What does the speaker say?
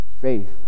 Faith